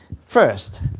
First